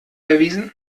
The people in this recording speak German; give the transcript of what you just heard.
erwiesen